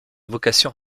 vocation